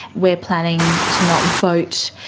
we're planning to not vote.